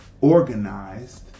organized